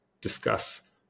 discuss